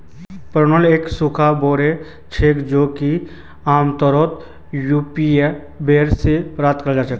prune एक सूखा बेर छेक जो कि आमतौरत यूरोपीय बेर से प्राप्त हछेक